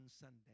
Sunday